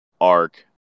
Arc